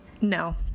No